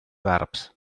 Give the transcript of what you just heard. barbs